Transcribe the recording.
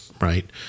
Right